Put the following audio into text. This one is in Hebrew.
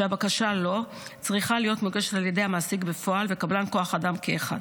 שבקשה לו צריכה להיות מוגשת על ידי המעסיק בפועל וקבלן כוח האדם כאחד.